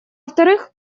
вторых